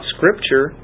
Scripture